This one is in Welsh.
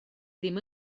ddim